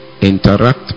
interact